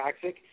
toxic